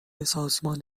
سازمان